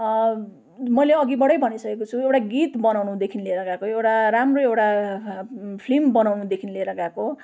मैले अघिबाटै भनिसकेको छु एउटा गीत बनाउनुदेखिन् लिएर गएको एउटा राम्रो एउटा फिल्म बनाउनुदेखिन् लिएर गएको